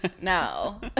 No